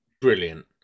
Brilliant